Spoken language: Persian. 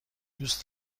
دوست